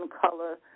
color